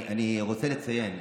אני רוצה לציין,